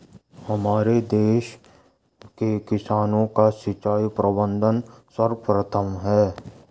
हमारे देश के किसानों का सिंचाई प्रबंधन सर्वोत्तम है